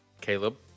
Caleb